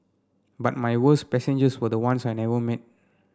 but my worst passengers were the ones I never met